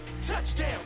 Touchdown